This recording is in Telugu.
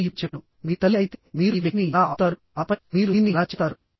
నేను ఇప్పుడు చెప్పాను మీరు తల్లి అయితే మీరు ఈ వ్యక్తిని ఎలా ఆపుతారు ఆపై మీరు దీన్ని ఎలా చేస్తారు